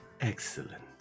Excellent